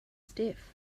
stiff